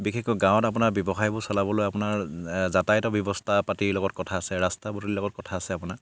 বিশেষকৈ গাঁৱত আপোনাৰ ব্যৱসায়বোৰ চলাবলৈ আপোনাৰ যাতায়তৰ ব্যৱস্থা পাতিৰ লগত কথা আছে ৰাস্তা পাতিৰ লগত কথা আছে আপোনাৰ